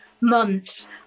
months